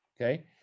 Okay